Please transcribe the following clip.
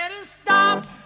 stop